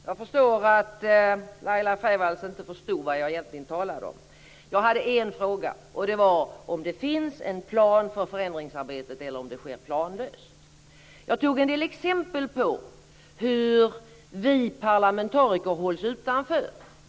Fru talman! Laila Freivalds förstod inte vad jag egentligen talade om. Jag hade en fråga, nämligen om det finns en plan för förändringsarbetet eller om det sker planlöst. Jag gav en del exempel på hur vi parlamentariker hålls utanför.